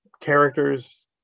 characters